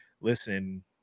listen